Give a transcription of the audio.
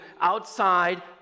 outside